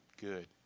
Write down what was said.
good